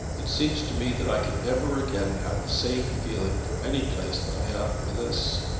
it seems to me that i can never again have the same feeling for any place that i have for this.